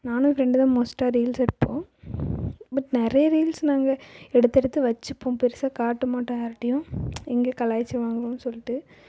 நானும் என் ஃப்ரெண்டு தான் மோஸ்ட்டா ரீல்ஸ் எடுப்போம் பட் நிறைய ரீல்ஸ் நாங்கள் எடுத்து எடுத்து வெச்சுப்போம் பெருசாக காட்ட மாட்டோம் யாருட்டேயும் எங்கே கலாய்ச்சிடுவாங்களோனு சொல்லிட்டு